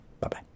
Bye-bye